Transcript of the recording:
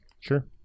Sure